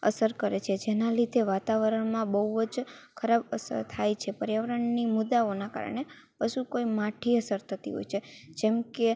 અસર કરે છે જેનાં લીધે વાતાવરણમાં બહું જ ખરાબ અસર થાય છે પર્યાવરણની મુદ્દાઓનાં કારણે પશુ કોઈ માઠી અસર થતી હોય છે જેમ કે